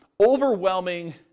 overwhelming